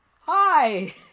Hi